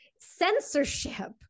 censorship